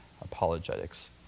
apologetics